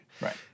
Right